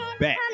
back